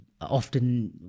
often